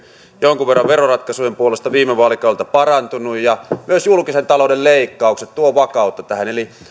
jonkun verran veroratkaisujen puolesta viime vaalikaudelta parantunut ja myös julkisen talouden leikkaukset tuovat vakautta tähän eli